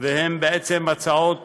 והן בעצם הצעות